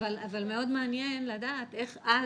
אבל מאוד מעניין לדעת איך אז,